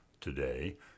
Today